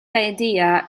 idea